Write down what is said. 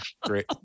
great